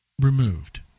removed